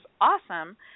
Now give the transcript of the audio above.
awesome